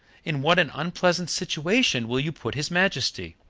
in what an unpleasant situation will you put his majesty!